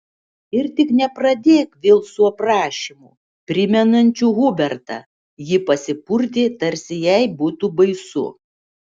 ir tik nepradėk vėl su aprašymu primenančiu hubertą ji pasipurtė tarsi jai būtų baisu